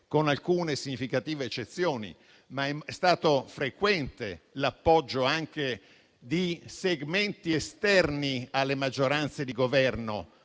con alcune significative eccezioni, ma è stato frequente l'appoggio anche di segmenti esterni alle maggioranze di Governo